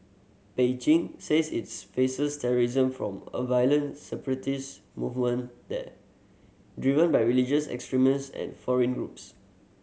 Beijing says it faces terrorism from a violent separatist movement there driven by religious extremism and foreign groups